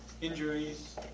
injuries